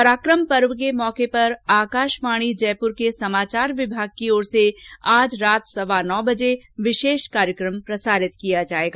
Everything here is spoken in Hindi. पराकम पर्व के मौके पर आकाशवाणी जयपुर के समाचार विभाग की ओर से आज रात सवा नौ बजे विशेष कार्यक्रम प्रसारित किया जाएगा